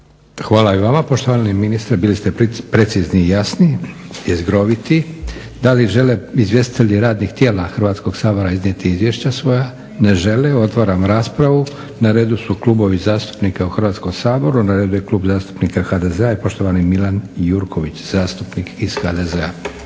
Hvala i vama poštovani ministre. Bili ste precizni i jasni, jezgroviti. Da li žele izvjestitelji radnih tijela Hrvatskog sabora iznijeti izvješća svoja? Ne žele. Otvaram raspravu. Na redu su klubovi zastupnika u Hrvatskom saboru. Na redu je Klub zastupnika HDZ-a i poštovani Milan Jurković, zastupnik iz HDZ-a.